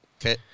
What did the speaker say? Okay